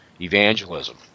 evangelism